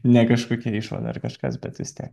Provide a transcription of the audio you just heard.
ne kažkokia išvada ar kažkas bet vis tiek